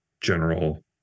general